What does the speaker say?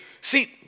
See